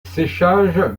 séchage